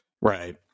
Right